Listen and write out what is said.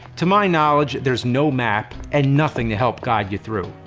to my knowledge, there's no map and nothing to help guide you through.